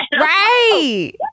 Right